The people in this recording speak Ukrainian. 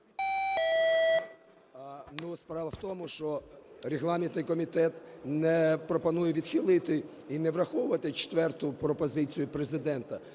справа в тому, що регламентний комітет пропонує відхилити і не враховувати четверту пропозицію Президента,